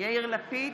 יאיר לפיד,